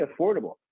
affordable